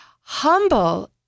Humble